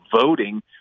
voting